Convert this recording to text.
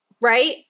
right